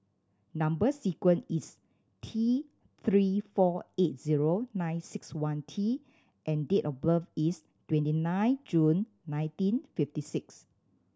number sequence is T Three four eight zero nine six one T and date of birth is twenty nine June nineteen fifty six